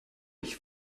ich